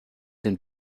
den